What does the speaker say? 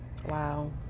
Wow